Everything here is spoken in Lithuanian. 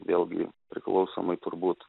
vėlgi priklausomai turbūt